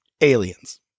aliens